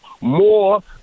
more